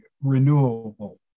renewable